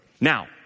Now